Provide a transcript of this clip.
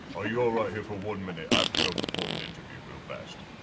are you all right here for one minute? i have to go perform an interview real fast.